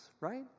right